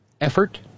effort